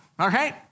okay